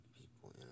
people